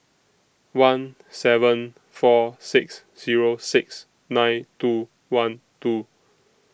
one seven four six Zero six nine two one two